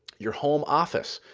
your home office.